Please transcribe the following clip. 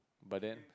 but then